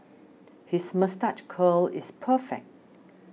his moustache curl is perfect